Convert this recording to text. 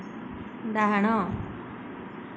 ଡାହାଣ